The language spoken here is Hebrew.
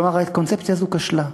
כלומר, הקונספציה הזאת כשלה.